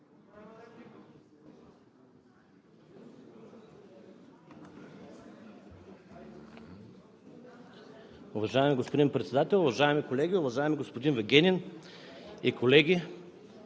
Уважаеми господин Председател, уважаеми колеги! Уважаеми господин Вигенин,